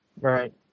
Right